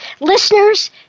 Listeners